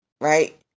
right